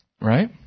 Right